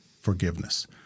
forgiveness